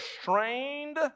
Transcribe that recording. strained